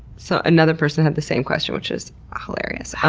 so another person had the same question, which is hilarious.